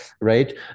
right